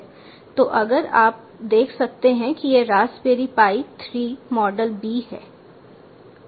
तो अगर आप देख सकते हैं कि यह रास्पबेरी पाई 3 मॉडल b है